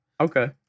Okay